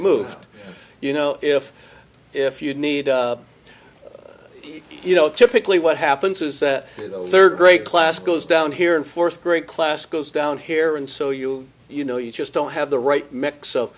moved you know if if you need it you know typically what happens is that third grade class goes down here and fourth grade class goes down here and so you you know you just don't have the right mix